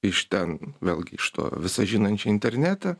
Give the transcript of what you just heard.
iš ten vėlgi iš to visa žinančio interneta